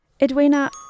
Edwina